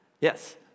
Yes